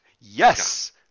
yes